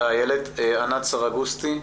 ענת סרגוסטי.